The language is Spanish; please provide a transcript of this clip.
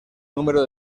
número